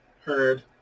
heard